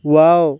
wow